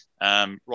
right